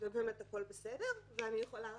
ובאמת הכול בסדר ואני יכולה